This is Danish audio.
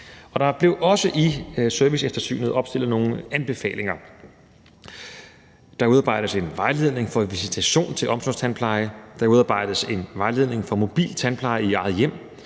Der blev også i serviceeftersynet opstillet nogle anbefalinger: Der udarbejdes en vejledning for visitation til omsorgstandpleje; der udarbejdes en vejledning for mobil tandpleje i eget hjem;